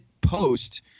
post